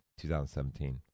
2017